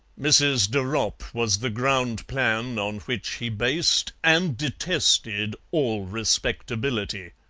mrs. de ropp was the ground plan on which he based and detested all respectability.